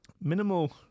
Minimal